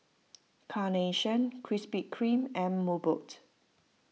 Carnation Krispy Kreme and Mobot